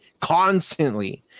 constantly